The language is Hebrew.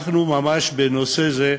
אנחנו ממש, בנושא זה,